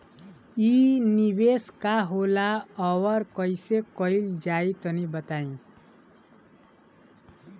इ निवेस का होला अउर कइसे कइल जाई तनि बताईं?